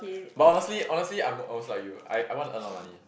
but honestly honestly I'm almost like you I I want to earn a lot of money